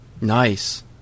Nice